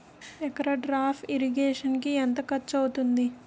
ఎకర drip irrigation కి ఎంత ఖర్చు అవుతుంది?